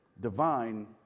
Divine